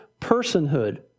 personhood